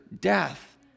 death